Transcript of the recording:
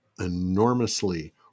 enormously